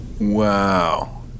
Wow